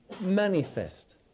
manifest